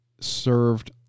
served